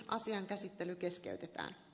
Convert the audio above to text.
asian käsittely keskeytetään